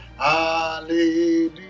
Hallelujah